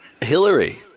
Hillary